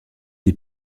des